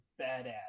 badass